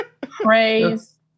Praise